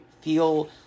feel